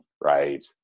right